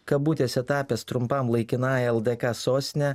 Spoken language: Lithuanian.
kabutėse tapęs trumpam laikinąja ldk sostinę